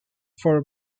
for